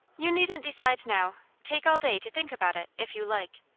you needn't decide now. take all day to think about it, if you like.